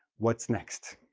what's next?